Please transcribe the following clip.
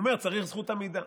הוא אומר: צריך זכות עמידה.